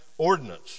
Ordinance